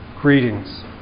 Greetings